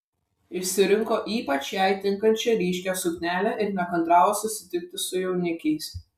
išsirinko ypač jai tinkančią ryškią suknelę ir nekantravo susitikti su jaunikiais